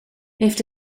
heeft